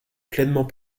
pleinement